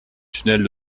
tunnel